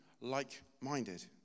like-minded